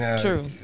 True